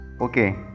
okay